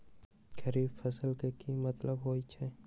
खरीफ फसल के की मतलब होइ छइ?